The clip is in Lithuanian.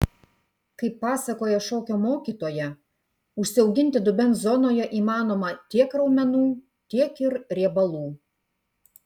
kaip pasakoja šokio mokytoja užsiauginti dubens zonoje įmanoma tiek raumenų tiek ir riebalų